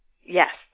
Yes